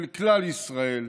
של כלל ישראל,